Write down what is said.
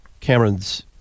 Cameron's